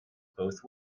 both